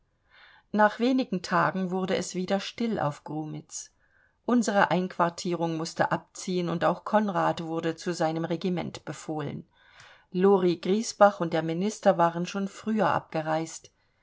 nach wenigen tagen wurde es wieder still auf grumitz unsere einquartierung mußte abziehen und auch konrad wurde zu seinem regiment befohlen lori griesbach und der minister waren schon früher abgereist